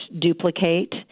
duplicate